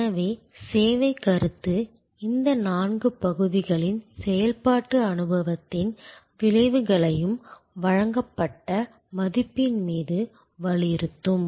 எனவே சேவைக் கருத்து இந்த நான்கு பகுதிகளின் செயல்பாட்டு அனுபவத்தின் விளைவுகளையும் வழங்கப்பட்ட மதிப்பின் மீது வலியுறுத்தும்